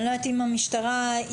אני לא יודעת אם המשטרה יודעת,